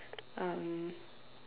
um